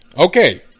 Okay